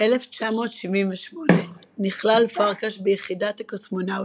1978 נכלל פרקש ביחידת הקוסמונאוטים.